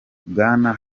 bwana